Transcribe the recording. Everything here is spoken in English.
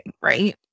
right